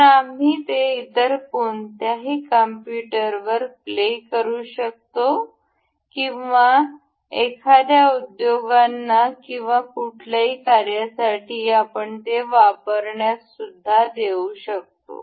तर आम्ही ते इतर कोणत्याही कम्प्युटरवर प्ले करू शकतो किंवा एखाद्या उद्योगांना किंवा कुठल्याही कार्यासाठी आपण ते वापरण्यास देऊ शकतो